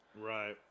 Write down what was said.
Right